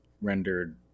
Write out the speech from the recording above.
rendered